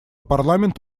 парламент